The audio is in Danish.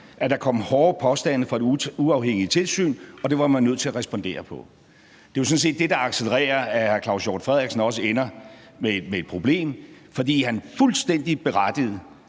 at der kom hårde påstande fra et uafhængigt tilsyn, og det var man nødt til at respondere på. Det er jo sådan set det, der accellerer, at hr. Claus Hjort Frederiksen også ender med et problem, fordi han fuldstændig berettiget